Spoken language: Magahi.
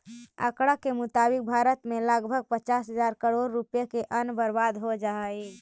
आँकड़ा के मुताबिक भारत में लगभग पचास हजार करोड़ रुपया के अन्न बर्बाद हो जा हइ